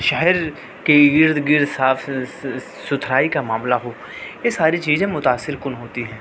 شہر کے ارد گرد صاف ستھرائی کا معاملہ ہو یہ ساری چیزیں متاثر کن ہوتی ہیں